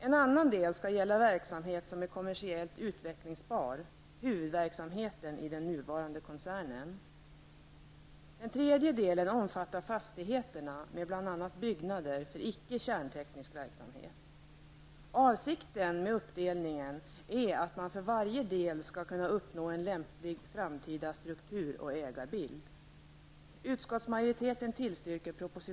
En annan del skall gälla verksamhet som är kommersiellt utvecklingsbar, huvudverksamheten i den nuvarande koncernen. Avsikten med uppdelningen är att man för varje del skall kunna uppnå en lämplig framtida struktur och ägarbild.